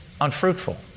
unfruitful